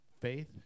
faith